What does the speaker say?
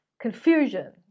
confusion